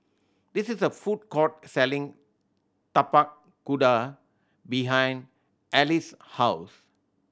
this is a food court selling Tapak Kuda behind Alys' house